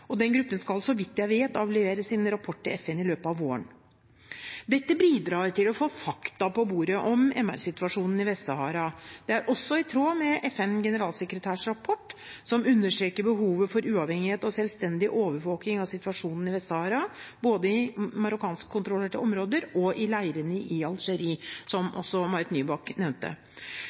og den gruppen skal, så vidt jeg vet, avlevere sin rapport til FN i løpet av våren. Dette bidrar til å få fakta på bordet om MR-situasjonen i Vest-Sahara. Det er også i tråd med FNs generalsekretærs rapport, som understreker behovet for uavhengig og selvstendig overvåking av situasjonen i Vest-Sahara, både i marokkanskkontrollerte områder og i leirene i Algerie, som også Marit Nybakk nevnte.